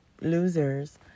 losers